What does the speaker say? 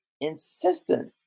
insistent